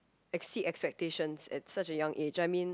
exceed expectations at such a young age I mean